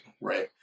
right